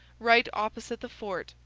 right opposite the fort,